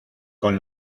con